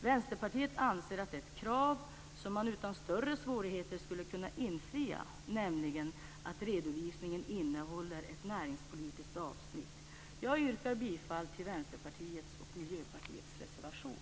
Vänsterpartiet anser att det är ett krav som man utan större svårigheter skulle kunna infria, nämligen att redovisningen innehåller ett näringspolitiskt avsnitt. Jag yrkar bifall till Vänsterpartiets och Miljöpartiets reservation.